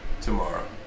tomorrow